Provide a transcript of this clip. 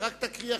רק תקריא,